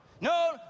No